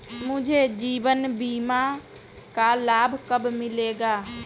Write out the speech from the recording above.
मुझे जीवन बीमा का लाभ कब मिलेगा?